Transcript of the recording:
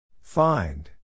Find